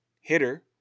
hitter